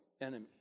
enemy